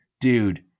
Dude